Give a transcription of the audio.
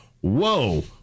whoa